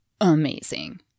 amazing